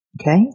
Okay